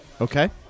Okay